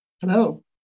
Hello